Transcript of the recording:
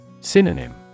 Synonym